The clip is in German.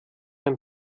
mein